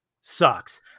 sucks